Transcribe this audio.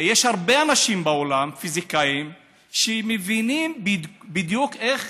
יש הרבה אנשים בעולם, פיזיקאים, שמבינים בדיוק איך